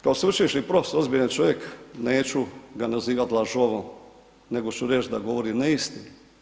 Kao sveučilišni profesor, ozbiljan čovjek, neću ga nazivati lažovom, nego ću reći da govori neistinu.